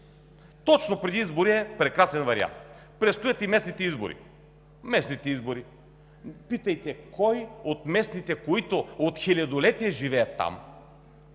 Точно преди избори е прекрасен вариант! Предстоят и местните изборите. Питайте кой от местните, които от хилядолетия живеят там